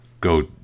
go